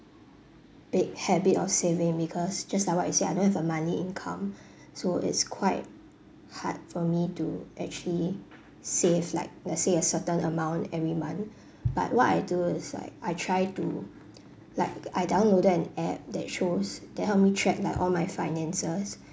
big habit of saving because just like what you said I don't have a money income so it's quite hard for me to actually save like let's say a certain amount every month but what I do is like I try to like I downloaded an app that shows that help me track like all my finances